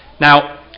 Now